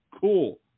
cool